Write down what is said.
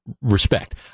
respect